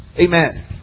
Amen